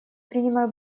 принимаю